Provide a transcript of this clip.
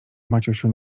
maciusiu